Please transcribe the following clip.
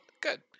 good